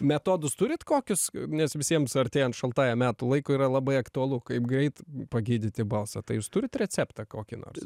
metodus turitkokius nes visiems artėjant šaltajam metų laikui yra labai aktualu kaip greit pagydyti balsą tai jūs turit receptą kokį nors